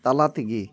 ᱛᱟᱞᱟ ᱛᱮᱜᱮ